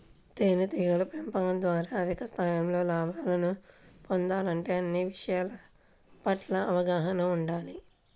తేనెటీగల పెంపకం ద్వారా అధిక స్థాయిలో లాభాలను పొందాలంటే అన్ని విషయాల పట్ల అవగాహన ఉండాలి